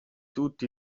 tutti